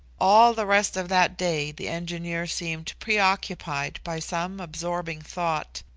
all the rest of that day the engineer seemed preoccupied by some absorbing thought.